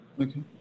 Okay